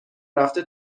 رفته